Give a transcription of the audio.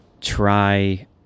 try